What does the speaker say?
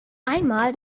einmal